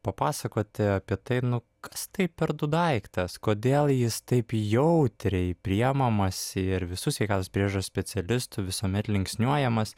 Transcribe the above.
papasakoti apie tai nu kas tai per do daiktas kodėl jis taip jautriai priimamas ir visų sveikatos priežiūros specialistų visuomet linksniuojamas